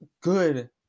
good